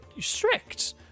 strict